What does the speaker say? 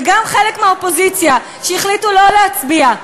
וגם חלק מהאופוזיציה שהחליטו לא להצביע,